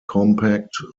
compact